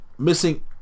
missing